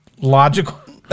logical